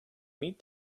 meet